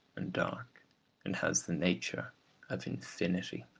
and dark and has the nature of infinity